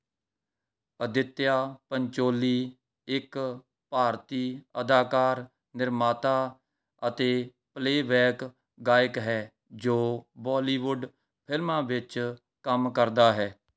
ਆਦਿਤਿਆ ਪੰਚੋਲੀ ਇੱਕ ਭਾਰਤੀ ਅਦਾਕਾਰ ਨਿਰਮਾਤਾ ਅਤੇ ਪਲੇਅਬੈਕ ਗਾਇਕ ਹੈ ਜੋ ਬੋਲੀਵੁੱਡ ਫਿਲਮਾਂ ਵਿੱਚ ਕੰਮ ਕਰਦਾ ਹੈ